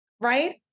right